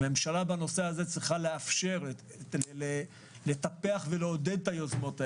הממשלה צריכה לאפשר, לטפח ולעודד את היוזמות האלה.